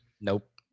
Nope